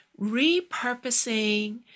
Repurposing